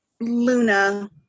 luna